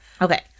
Okay